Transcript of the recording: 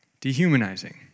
dehumanizing